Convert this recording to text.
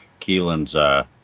Keelan's